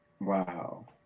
Wow